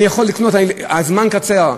הזמן קצר.